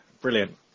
brilliant